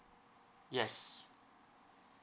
yes